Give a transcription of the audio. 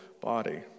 body